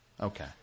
Okay